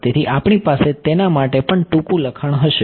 તેથી આપણી પાસે તેના માટે પણ ટૂંકું લખાણ હશે